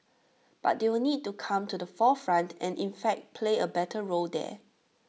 but they will need to come to the forefront and in fact play A better role there